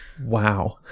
Wow